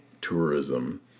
tourism